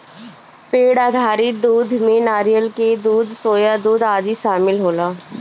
पेड़ आधारित दूध में नारियल के दूध, सोया दूध आदि शामिल होला